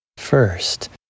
First